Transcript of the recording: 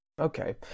Okay